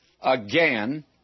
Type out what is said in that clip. again